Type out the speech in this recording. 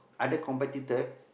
other competitor